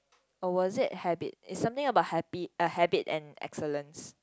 was it a habit is something about happy a habit and excellence